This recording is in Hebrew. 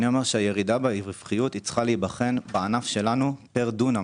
אני אומר שהירידה ברווחיות צריכה להיבחן בענף שלנו פר דונם,